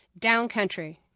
Downcountry